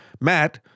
Matt